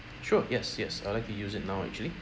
sure yes yes I'll like to use it now actually